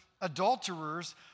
adulterers